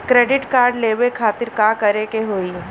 Credit card लेवे खातिर का करे के होई?